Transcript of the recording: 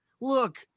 Look